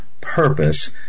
purpose